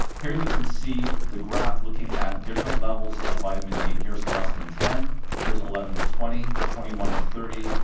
here you can see the graph looking at different levels of vitamin d. here's less than ten here's eleven to twenty, twenty one to thirty,